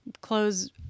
close